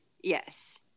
Yes